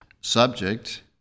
Subject